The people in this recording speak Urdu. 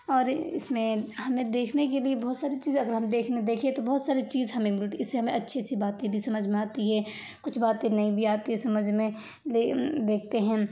اور اس میں ہمیں دیکھنے کے لیے بہت ساری چیزیں اگر ہم دیکھنے دیکھیے تو بہت ساری چیز ہمیں ملتی ہے اس سے ہمیں اچھی اچھی باتیں بھی سمجھ میں آتی ہے کچھ باتیں نہیں بھی آتی سمجھ میں لیکن دیکھتے ہیں